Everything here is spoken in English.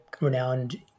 renowned